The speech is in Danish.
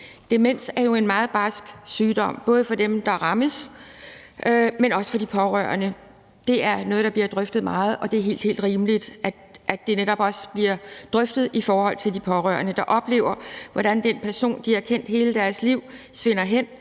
Demens er jo en meget barsk sygdom, både for dem, der rammes, men også for de pårørende. Det er noget, der bliver drøftet meget, og det er helt, helt rimeligt, at det netop også bliver drøftet i forhold til de pårørende, der oplever, hvordan den person, de har kendt hele deres liv, svinder hen,